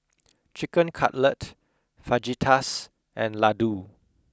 chicken cutlet fajitas and ladoo